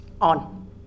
on